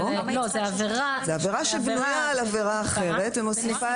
מדברים על עבירה אחרת ומוסיפים עליה נסיבות.